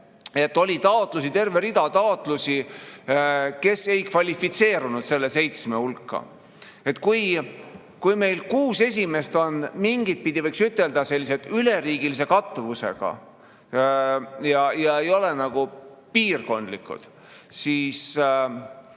et oli terve hulk taotlusi, aga teised ei kvalifitseerunud selle seitsme hulka. Kui meil kuus esimest on mingitpidi, võiks ütelda, sellised üleriigilise katvusega, ei ole nagu piirkondlikud, siis